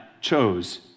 chose